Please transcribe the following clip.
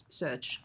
search